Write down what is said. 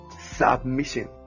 submission